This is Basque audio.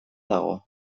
dago